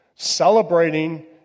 celebrating